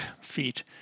feet